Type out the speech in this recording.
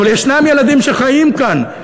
אבל יש ילדים שחיים כאן,